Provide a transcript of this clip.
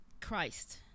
Christ